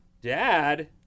Dad